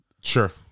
Sure